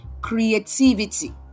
creativity